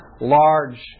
large